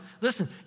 Listen